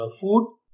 food